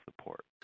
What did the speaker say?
support